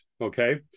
okay